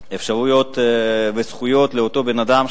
איזשהן אפשרויות וזכויות לאותו בן-אדם,